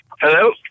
Hello